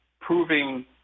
proving